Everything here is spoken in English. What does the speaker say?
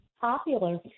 popular